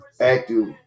active